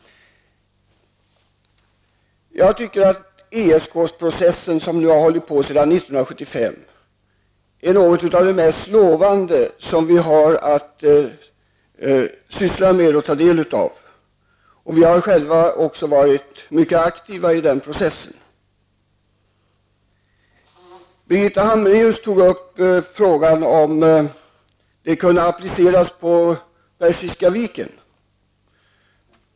Jag tycker att den ESK-process som har pågått sedan 1975 är något av det mest lovande som vi har att syssla med och ta del av. Vi har också själva varit mycket aktiva i den processen. Birgitta Hambraeus tog upp frågan om huruvida det här kunde appliceras på förhållandena i Persiska viken.